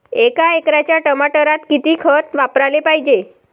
एका एकराच्या टमाटरात किती खत वापराले पायजे?